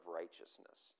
righteousness